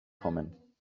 kommen